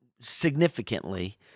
significantly